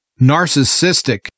narcissistic